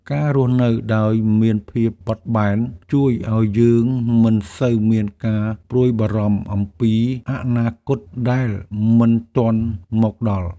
ការរស់នៅដោយមានភាពបត់បែន ជួយឱ្យយើងមិនសូវមានការព្រួយបារម្ភអំពីអនាគតដែលមិនទាន់មកដល់។